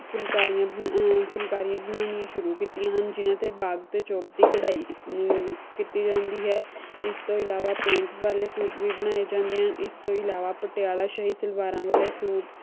ਫੁਲਕਾਰੀਆਂ ਫੁਲਕਾਰੀਆਂ ਬਣਾਉਣੀਆਂ ਸ਼ੁਰੂ ਕੀਤੀਆਂ ਹਨ ਜਿਨ੍ਹਾਂ 'ਤੇ ਬਾਗ਼ ਅਤੇ ਚੋਪ ਦੀ ਕਢਾਈ ਕੀਤੀ ਜਾਂਦੀ ਹੈ ਇਸ ਤੋਂ ਇਲਾਵਾ ਪੇਂਟ ਵਾਲੇ ਸੂਟ ਵੀ ਬਣਾਏ ਜਾਂਦੇ ਹਨ ਇਸ ਤੋਂ ਇਲਾਵਾ ਪਟਿਆਲਾ ਸ਼ਾਹੀ ਸਲਵਾਰਾਂ ਵਾਲੇ ਸੂਟ